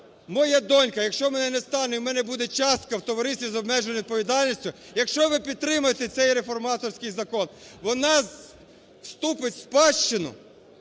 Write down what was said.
моя донька, якщо мене не стане і в мене буде частка в товаристві з обмеженою відповідальністю, якщо ви підтримаєте цей реформаторський закон, вона вступить в спадщину,